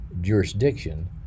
jurisdiction